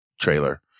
trailer